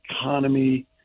economy